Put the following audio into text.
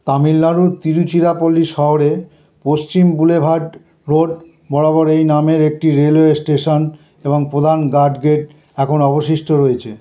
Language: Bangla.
তামিলনাড়ুর তিরুচিরাপল্লী শহরের পশ্চিম বুলেভাড রোড বরাবর এই নামের একটি রেলওয়ে স্টেশান এবং প্রধান গার্ড গেট এখন অবশিষ্ট রয়েছে